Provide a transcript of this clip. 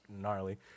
gnarly